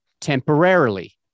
Temporarily